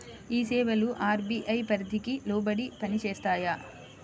ఈ సేవలు అర్.బీ.ఐ పరిధికి లోబడి పని చేస్తాయా?